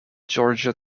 georgia